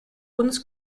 uns